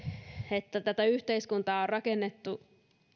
että tätä yhteiskuntaa on rakennettu